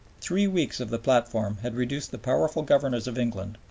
three weeks of the platform had reduced the powerful governors of england,